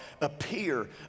appear